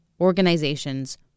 organizations